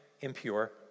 impure